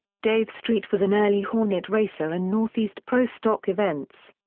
dave street was an early hornet racer in northeast pro stock events.